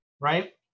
right